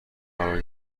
قرار